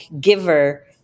giver